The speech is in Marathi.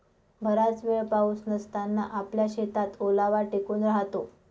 बराच वेळ पाऊस नसताना आपल्या शेतात ओलावा टिकून राहतो